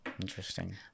Interesting